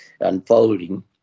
unfolding